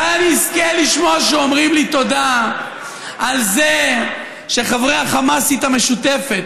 מתי אני אזכה לשמוע שאומרים לי: תודה על זה שחברי החמאסית המשותפת,